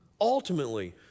Ultimately